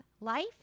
life